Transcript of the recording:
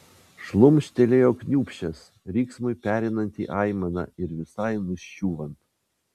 šlumštelėjo kniūbsčias riksmui pereinant į aimaną ir visai nuščiūvant